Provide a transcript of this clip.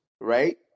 right